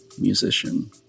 musician